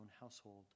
household